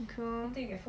okay lor